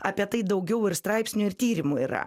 apie tai daugiau ir straipsnių ir tyrimų yra